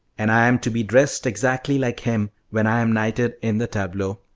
and i am to be dressed exactly like him when i am knighted in the tableau.